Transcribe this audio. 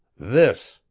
this,